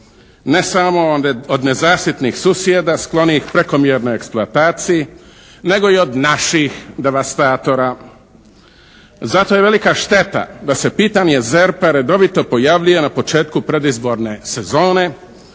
ne samo od nezasitnih susjeda sklonih prekomjernoj eksploataciji nego i od naših devastatora. Zato je velika šteta da se pitanje ZERP-a redovito pojavljuje na početku predizborne sezone,